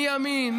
מימין,